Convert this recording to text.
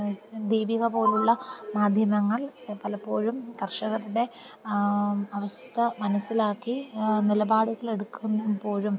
ദീപിക പോലെയുള്ള മാധ്യമങ്ങൾ പലപ്പോഴും കർഷകരുടെ അവസ്ഥ മനസ്സിലാക്കി നിലപാടുകൾ എടുക്കുമ്പോഴും